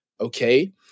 okay